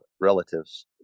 relatives